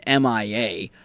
MIA